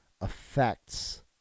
affects